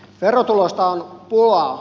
verotuloista on pulaa